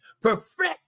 perfect